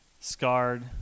scarred